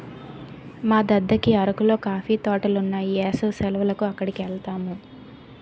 మా దద్దకి అరకులో కాఫీ తోటలున్నాయి ఏసవి సెలవులకి అక్కడికెలతాము